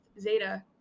Zeta